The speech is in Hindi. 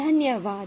धन्यवाद